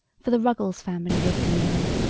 for the ruggles family lived in the alley,